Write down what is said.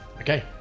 Okay